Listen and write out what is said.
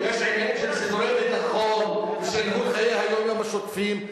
יש עניינים של סידורי ביטחון ושל ניהול חיי היום-יום השוטפים,